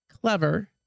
clever